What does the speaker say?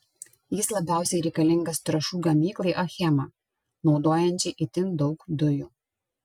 jis labiausiai reikalingas trąšų gamyklai achema naudojančiai itin daug dujų